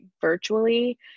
virtually